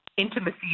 intimacy